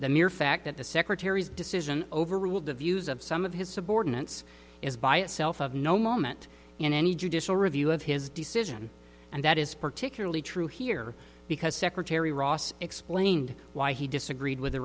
the mere fact that the secretary's decision overruled the views of some of his subordinates is by itself of no moment in any judicial review of his decision and that is particularly true here because secretary ross explained why he disagreed with the